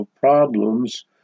problems